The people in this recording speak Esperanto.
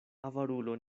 avarulo